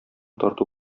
тарту